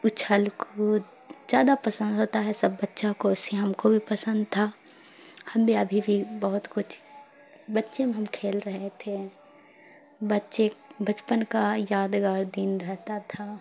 اچھل کود زیادہ پسند ہوتا ہے سب بچوں کو ویسے ہی ہم کو بھی پسند تھا ہم بھی ابھی بھی بہت کچھ بچے ہم کھیل رہے تھے بچے بچپن کا یادگار دن رہتا تھا